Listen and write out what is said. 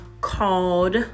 called